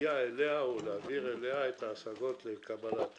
להגיע אליה או להעביר אליה את ההשגות לקבלת